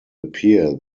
appear